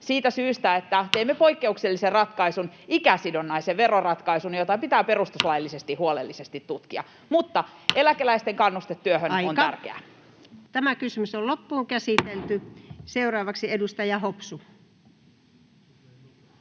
koputtaa] että teimme poikkeuksellisen ratkaisun, ikäsidonnaisen veroratkaisun, jota pitää perustuslaillisesti huolellisesti tutkia. Eläkeläisten kannuste työhön on tärkeä. Seuraavaksi edustaja Hopsu.